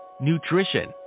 nutrition